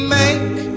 make